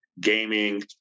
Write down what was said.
Gaming